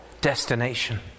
destination